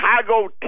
Chicago